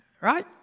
Right